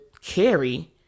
carry